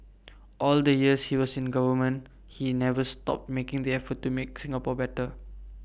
all the years he was in government he never stopped making the effort to make Singapore better